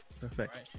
Perfect